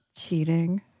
cheating